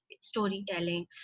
storytelling